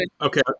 Okay